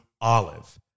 olive